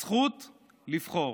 הזכות לבחור.